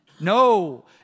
No